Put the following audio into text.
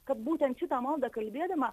kad būtent šitą maldą kalbėdama